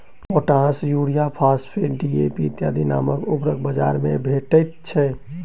potash, urea, phosphate, DAP इत्यादि नामक उर्वरक बाजार मे भेटैत छै